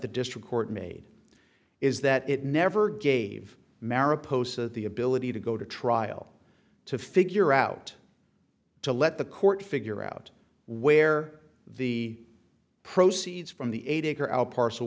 the district court made is that it never gave merit posa the ability to go to trial to figure out to let the court figure out where the proceeds from the